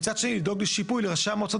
מצד שני לדאוג לשיפוי לראשי המועצות